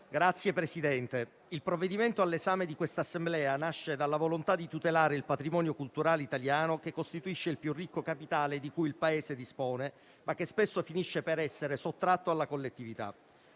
Signor Presidente, il provvedimento all'esame di questa Assemblea nasce dalla volontà di tutelare il patrimonio culturale italiano, che costituisce il più ricco capitale di cui il Paese dispone, ma che spesso finisce per essere sottratto alla collettività.